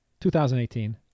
2018